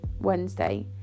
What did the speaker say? wednesday